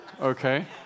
Okay